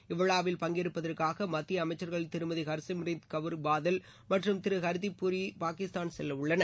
இவ்விழாவில் பங்கேற்பதற்காக மத்திய அமைச்சர்கள் திருமதி ஹர்சிம்ரத் கவுர் பாதல் மற்றும் திரு ஹர்தீப் புரி பாகிஸ்தான் செல்லவுள்ளனர்